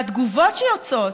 התגובות שיוצאות: